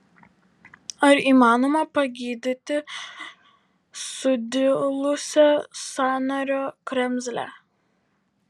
ar įmanoma pagydyti sudilusią sąnario kremzlę